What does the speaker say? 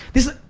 this is.